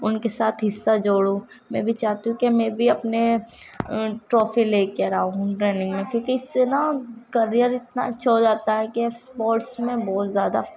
ان کے ساتھ حصہ جوڑوں میں بھی چاہتی ہوں کہ میں بھی اپنے ٹرافی لے کر آؤں رننگ میں کیونکہ اس سے نا کریئر اتنا اچھا ہو جاتا ہے کہ اسپورٹس میں بہت زیادہ